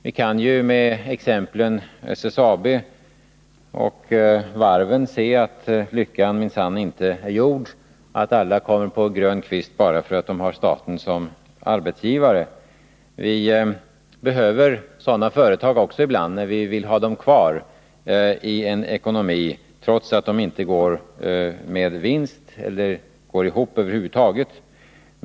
Vi kan med exemplen SSAB och varven se att lyckan minsann inte är gjord, alla kommer inte på grön kvist för att de har staten som arbetsgivare. Vi behöver sådana företag också ibland, när vi vill ha dem kvar i en ekonomi trots att de inte går med vinst eller över huvud taget går ihop.